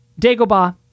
Dagobah